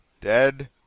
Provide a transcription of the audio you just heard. Dead